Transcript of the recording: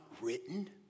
written